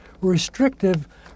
restrictive